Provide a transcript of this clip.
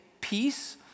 peace